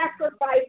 sacrifice